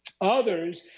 Others